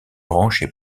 branches